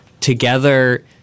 together